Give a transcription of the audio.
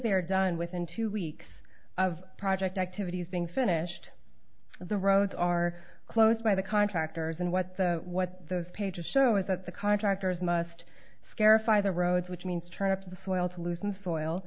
they're done within two weeks of project activities being finished the roads are closed by the contractors and what the what those pages show is that the contractors must scarify the roads which means turn up the soil to loosen soil